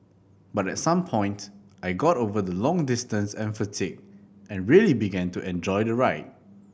but at some point I got over the long distance and fatigue and really began to enjoy the ride